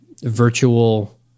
virtual